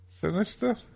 Sinister